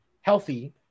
healthy